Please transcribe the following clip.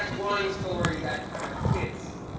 one story that kind of fits,